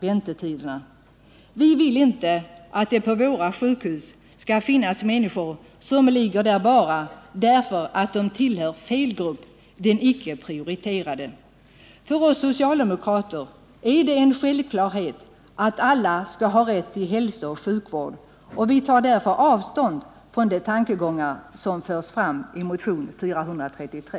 Vi vill inte att det på sjukhusen skall finnas människor som bara ligger där på grund av att de tillhör fel grupp, den icke prioriterade gruppen. För oss socialdemokrater är det en självklarhet att alla skall ha rätt till hälsooch sjukvård, och vi tar därför avstånd från de tankegångar som förs fram i motionen 433.